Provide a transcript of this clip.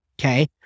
okay